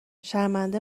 شرمنده